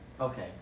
okay